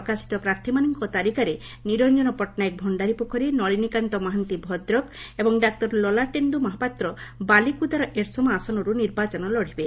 ପ୍ରକାଶିତ ପ୍ରାର୍ଥୀମାନଙ୍କ ତାଲିକାରେ ନିରଂଜନ ପଟ୍ଟନାୟକ ଭଣ୍ଡାରୀପୋଖରୀ ନଳିନୀକାନ୍ତ ମହାନ୍ତି ଭଦ୍ରକ ଏବଂ ଡାକ୍ତର ଲଲାଟେନ୍ଦୁ ମହାପାତ୍ର ବାଲିକୁଦାର ଏରସମା ଆସନରୁ ନିର୍ବାଚନ ଲଢ଼ିବେ